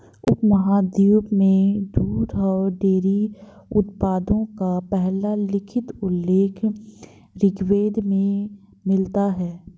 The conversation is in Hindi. उपमहाद्वीप में दूध और डेयरी उत्पादों का पहला लिखित उल्लेख ऋग्वेद में मिलता है